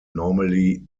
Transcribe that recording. normally